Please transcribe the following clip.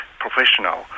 professional